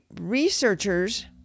researchers